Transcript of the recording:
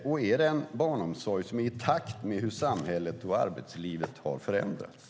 Och är det en barnomsorg som är i takt med hur samhället och arbetslivet har förändrats?